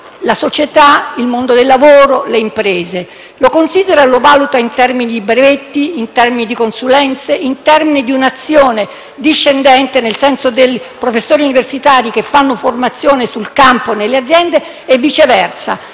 la società, il mondo del lavoro, le imprese; lo considera e lo valuta in termini di brevetti, di consulenze, di un'azione discendente nel senso di professori universitari che fanno formazione sul campo nelle aziende; e viceversa,